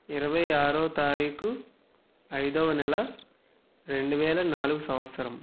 ఇరవై ఆరో తారీఖు ఐదవ నెల రెండు వేల నాలుగు సంవత్సరం